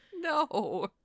No